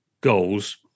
goals